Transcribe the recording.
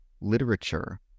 literature